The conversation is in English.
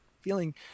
feeling